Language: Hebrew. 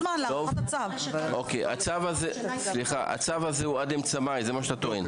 הצו הזה הוא עד אמצע מאי, זה מה שאתה טוען?